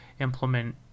implement